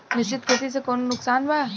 मिश्रित खेती से कौनो नुकसान वा?